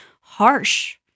harsh